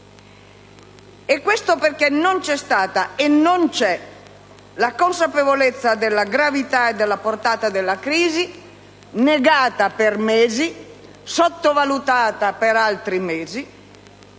accade perché non c'è stata e non c'è la consapevolezza della gravità e della portata della crisi, negata per mesi, sottovalutata per altri mesi;